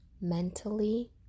mentally